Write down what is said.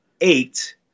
eight